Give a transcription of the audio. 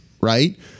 right